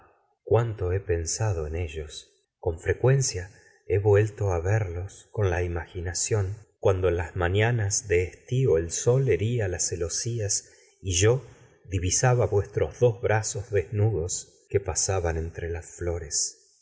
cuánto he pensado en ellos con frecuencia he vuelto á verlos con la imaginación cuando en las mañanas de estío el sol heria las celosías y yo divisaba vuestros dos brazos desnudos que pasaban entre las flores